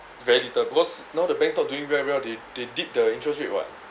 it's very little because now the banks not doing very well they they did the interest rate what